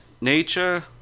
nature